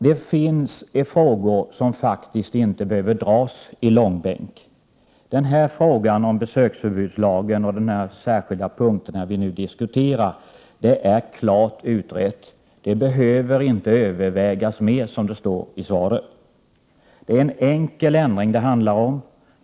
Det finns frågor som faktiskt inte behöver dras i långbänk. Frågan om besöksförbudslagen och de särskilda punkter vi nu diskuterar är klart utredda. Denna fråga behöver inte övervägas mer, som det står i svaret. Det handlar om en enkel ändring.